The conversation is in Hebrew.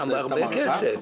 הרבה כסף.